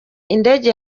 indege